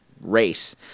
race